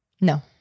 No